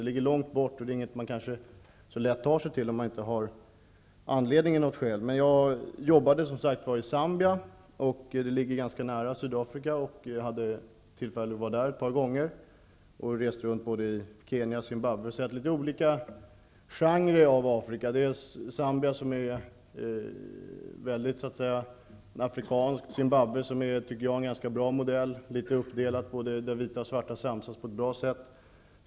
Det ligger långt bort och det är kanske inte ett land som man så lätt tar sig till om man inte har anledning. Men jag jobbade i Zambia, som ligger ganska nära Sydafrika. Jag hade tillfälle att vistas där ett par gångar. Jag har rest runt både i Kenya och Zimbabwe och sett litet olika sidor av Afrika, dels Zambia som är mycket afrikanskt, dels Zimbabwe som jag tycker är en ganska bra modell. De vita och de svarta samsas på ett bra sätt.